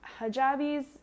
hijabis